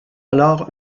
alors